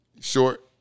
Short